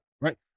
Right